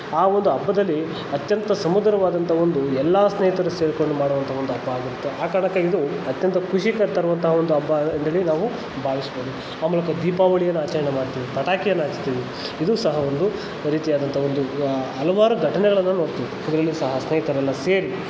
ಆ ಒಂದು ಹಬ್ಬದಲ್ಲಿ ಅತ್ಯಂತ ಸಮುದರವಾದಂತ ಒಂದು ಎಲ್ಲ ಸ್ನೇಹಿತರು ಸೇರ್ಕೊಂಡು ಮಾಡುವಂಥ ಒಂದು ಹಬ್ಬ ಆಗಿರುತ್ತೆ ಆ ಕಾರಣಕ್ಕೆ ಇದು ಅತ್ಯಂತ ಖುಷಿ ತರುವಂಥ ಒಂದು ಹಬ್ಬ ಅಂತೇಳಿ ನಾವು ಭಾವಿಸ್ಬೋದು ಆಮೇಲೆ ಕ ದೀಪಾವಳಿಯನ್ನು ಆಚರಣೆ ಮಾಡ್ತೀವಿ ಪಟಾಕಿಯನ್ನು ಹಚ್ತೀವಿ ಇದು ಸಹ ಒಂದು ಈ ರೀತಿ ಆದಂಥ ಒಂದು ಹಲ್ವಾರು ಘಟನೆಗಳನ್ನು ನೋಡ್ತೀವಿ ಇದ್ರಲ್ಲೂ ಸಹ ಸ್ನೇಹಿತರೆಲ್ಲ ಸೇರಿ